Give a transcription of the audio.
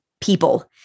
people